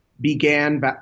Began